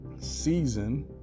season